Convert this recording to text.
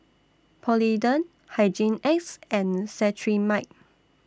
Polident Hygin X and Cetrimide